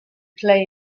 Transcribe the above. play